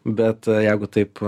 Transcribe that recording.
bet jeigu taip